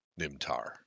Nimtar